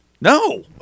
No